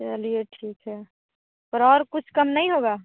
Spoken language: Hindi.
चलिए ठीक है थोड़ा और कुछ कम नहीं होगा